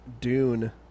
Dune